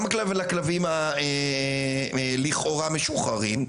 גם לכלבים הלכאורה משוחררים,